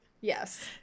Yes